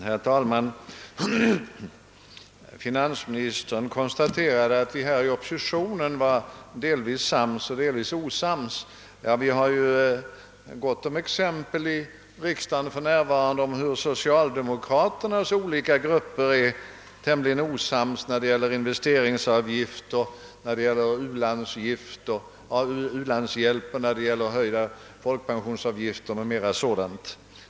Herr talman! Finansministern konstaterade att vi inom oppositionen delvis var sams, delvis var osams. Ja, vi har ju i riksdagen gott om exempel på att socialdemokraternas olika grupper är tämligen osams när det gäller investeringsavgift, u-landshjälp, folkpensionsavgifter m.m. sådant.